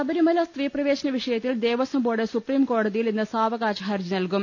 ശബരിമല സ്ത്രീ പ്രവേശന വിഷയത്തിൽ ദേവസ്വം ബോർഡ് സുപ്രീംകോടതിയിൽ ഇന്ന് സാവകാശ ഹർജി നൽകും